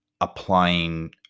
applying